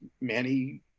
Manny